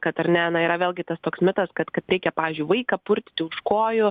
kad ar ne na yra vėlgi tas toks mitas kad kad reikia pavyzdžiui vaiką purtyti už kojų